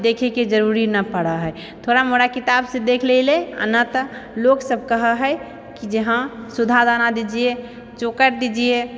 देखैके जरूरी नहि पड़ै हइ थोड़ा मोड़ किताबसँ देख लेलै आओर नहि तऽ लोकसब कहे हइ की जे हँ सुधा दाना दीजिए चोकर दीजिए